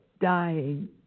dying